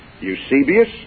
Eusebius